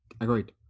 agreed